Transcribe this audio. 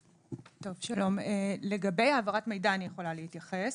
טוב, שלום, לגבי העברת מידע אני יכולה להתייחס.